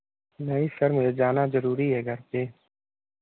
नहीं सर मुझे जाना ज़रूरी है घर पर